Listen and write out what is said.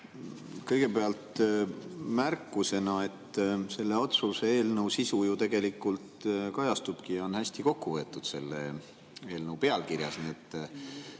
Kõigepealt märkusena, et selle otsuse eelnõu sisu ju tegelikult kajastubki ja on hästi kokku võetud selle eelnõu pealkirjas.